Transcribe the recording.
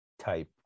type